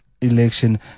election